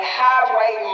highway